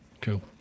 cool